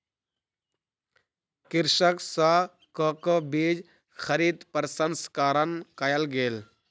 कृषक सॅ कोको बीज खरीद प्रसंस्करण कयल गेल